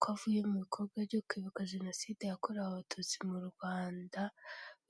ko avuye mu bikorwa byo kwibuka jenoside yakorewe abatutsi mu Rwanda,